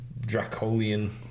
Dracolian